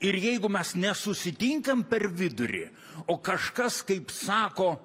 ir jeigu mes nesusitinkam per vidurį o kažkas kaip sako